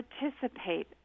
participate